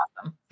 awesome